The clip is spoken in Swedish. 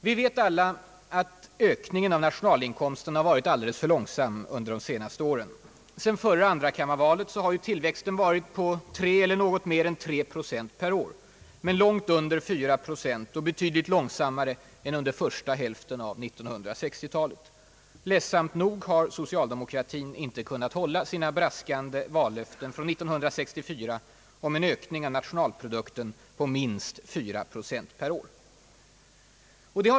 Vi vet alla att ökningen av nationalinkomsten varit alldeles för långsam under de senaste åren. Sedan förra andrakammarvalet har ju tillväxten varit 3 eller något mer än 3 procent per år, men långt under 4 procent och betydligt långsammare än under första hälften av 1960-talet. Ledsamt nog har socialdemokratin inte kunnat hålla sina braskande vallöften från 1964 om en ökning av nationalprodukten på »minst 4 procent» per år.